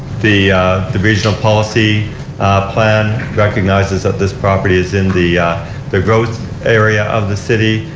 the the regional policy plan recognizes that this property is in the the growth area of the city.